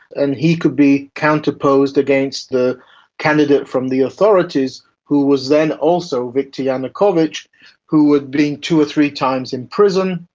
and he could be counterposed against the candidate from the authorities who was then also viktor yanukovych who had been two or three times in prison,